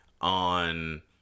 on